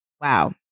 Wow